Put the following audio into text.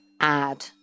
add